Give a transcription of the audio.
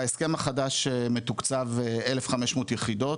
ההסכם החדש מתוקצב 1,500 יחידות.